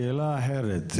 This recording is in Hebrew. שאלה אחרת,